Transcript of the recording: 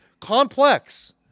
complex